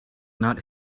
not